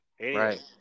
right